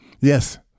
Yes